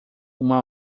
uma